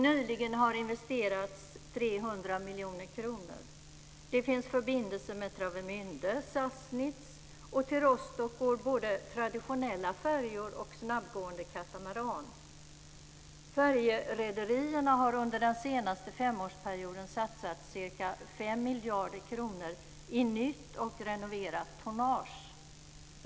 Nyligen har det investerats 300 miljoner kronor. Det finns förbindelser med Travemünde och Sassnitz, och till Rostock går både traditionella färjor och snabbgående katamaraner. Färjerederierna har under den senaste femårsperioden satsat ca 5 miljarder kronor i nytt och renoverat tonnage.